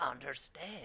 understand